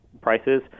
prices